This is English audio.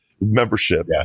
membership